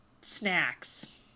snacks